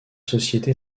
société